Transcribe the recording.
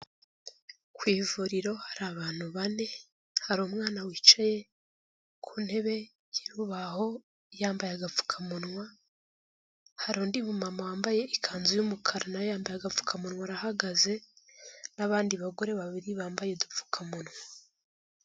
Ku ivuriro hari abantu bane, hari umwana wicaye ku ntebe y'urubaho yambaye agapfukamunwa, hari undi mumama wambaye ikanzu y'umukara na we yambaye agapfukamunwa arahagaze, n'abandi bagore babiri bambaye udupfukamunwa.